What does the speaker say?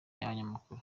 n’abanyamakuru